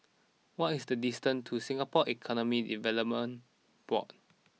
what is the distance to Singapore Economic Development Board